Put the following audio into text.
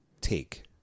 take